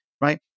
Right